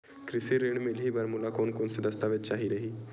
कृषि ऋण मिलही बर मोला कोन कोन स दस्तावेज चाही रही?